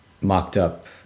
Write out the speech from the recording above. mocked-up